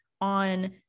on